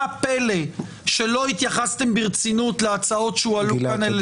מה הפלא שלא התייחסתם ברצינות להצעות שהועלו כאן,